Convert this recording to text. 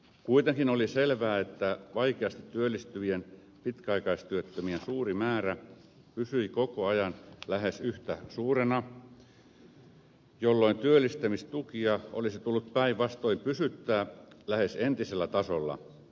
kuitenkin oli selvää että vaikeasti työllistyvien pitkäaikaistyöttömien suuri määrä pysyi koko ajan lähes yhtä suurena jolloin työllistämistuet olisi tullut päinvastoin pysyttää lähes entisellä tasolla